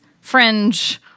fringe